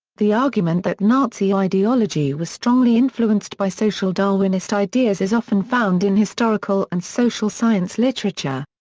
the argument that nazi ideology was strongly influenced by social darwinist ideas is often found in historical and social science literature.